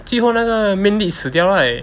最后那个 main lead 死掉 right